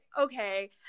okay